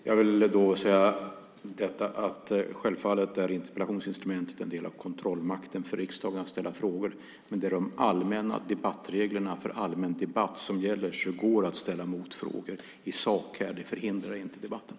Jag vill då säga att interpellationsinstrumentet självfallet är en del av kontrollmakten för riksdagen att ställa frågor, men det är debattreglerna för allmän debatt som gäller, så det går att ställa motfrågor i sak här. Det förhindrar inte debatten.